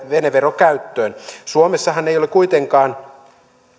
venevero käyttöön suomessahan ei ole kuitenkaan